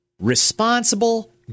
Responsible